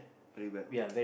very well